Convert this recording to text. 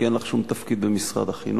כי אין לך שום תפקיד במשרד החינוך.